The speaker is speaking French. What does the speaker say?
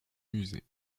musée